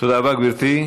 תודה רבה, גברתי.